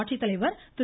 ஆட்சித்தலைவர் திரு